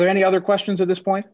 there any other questions at this point